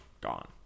Gone